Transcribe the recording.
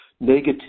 negative